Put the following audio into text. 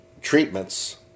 treatments